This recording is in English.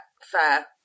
fair